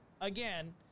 again